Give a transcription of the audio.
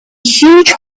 huge